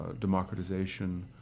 democratization